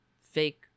fake